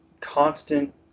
constant